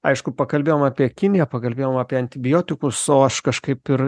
aišku pakalbėjome apie kiniją pakalbėjom apie antibiotikus o aš kažkaip ir